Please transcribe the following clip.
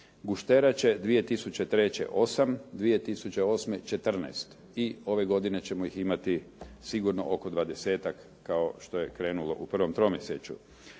Gušterače 2003., 8, 2008. 14 i ove godine ćemo ih imati sigurno oko 20-ak kao što je krenulo u provom tromjesečju.